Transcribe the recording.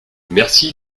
merci